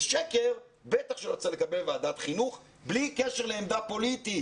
ושקר בטח שלא צריך לקבל בוועדת חינוך בלי קשר לעמדה פוליטית.